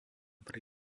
pri